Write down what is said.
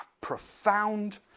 profound